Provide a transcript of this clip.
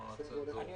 יש